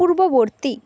পূর্ববর্তী